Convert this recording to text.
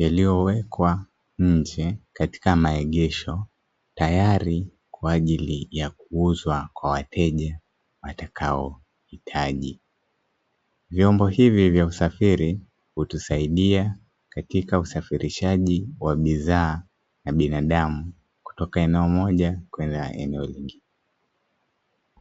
yaliyowekwa nje katika maegesho tayari kwa ajili ya kuuzwa kwa wateja watakaohitaji, vyombo hivi vya usafiri hutusaidia katika usafirishaji wa bidhaa na binadamu kutoka eneo moja kwenye eneo jingine.